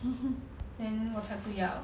then 我才不要